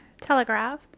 Telegraph